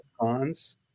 Cons